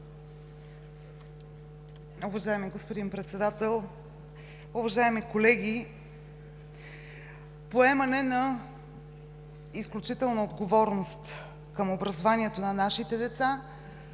Уважаеми господин Председател, уважаеми колеги! Поемане на изключителна отговорност към образованието на нашите деца